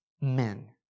men